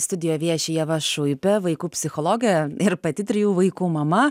studijo vieši ieva šuipė vaikų psichologė ir pati trijų vaikų mama